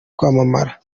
kwamamara